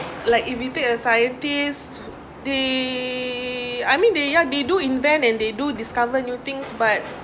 like it a scientist they I mean they yeah they do invent and they do discover new things but